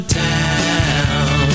town